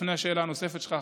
לפני השאלה הנוספת שלך,